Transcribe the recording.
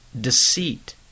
Deceit